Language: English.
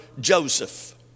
joseph